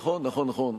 נכון, נכון.